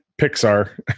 Pixar